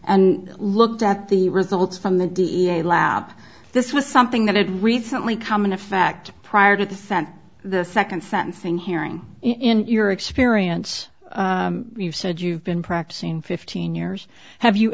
and looked at the results from the d n a lab this was something that had recently come in effect prior to the sent the second sentencing hearing in your experience you've said you've been practicing fifteen years have you